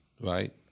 right